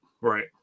right